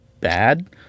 bad